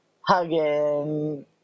hugging